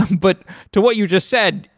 but to what you just said,